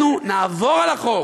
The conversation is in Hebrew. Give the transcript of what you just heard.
אנחנו נעבור על החוק.